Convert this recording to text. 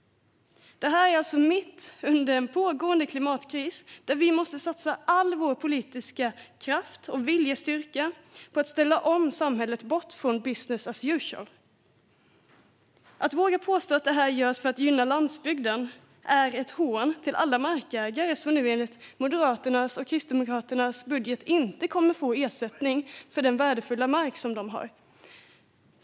Det här händer alltså mitt under en pågående klimatkris, där vi måste satsa all vår politiska kraft och viljestyrka på att ställa om samhället, bort från business as usual. Att våga påstå att detta görs för att gynna landsbygden är ett hån mot alla markägare som nu enligt Moderaternas och Kristdemokraternas budget inte kommer att få ersättning för sin värdefulla mark.